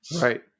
Right